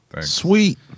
Sweet